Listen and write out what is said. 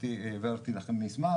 הבאתי לכם מסמך,